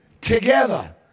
together